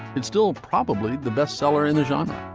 it's still probably the best seller in the genre.